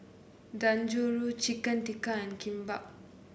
Dangojiru Chicken Tikka and Kimbap